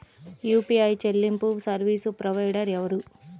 UPI చెల్లింపు service provider ఎవరు?